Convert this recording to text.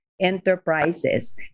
enterprises